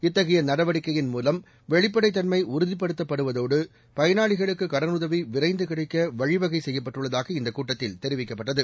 இத்தகைய நடவடிக்கையின் மூலம் வெளிப்படைத் தன்மை உறுதிப்படுத்தப்படுவதோடு பயனாளிகளுக்கு கடனுதவி விரைந்து கிடைக்க வழிவகை செய்யப்பட்டுள்ளதாக இந்தக் கூட்டத்தில் தெரிவிக்கப்பட்டது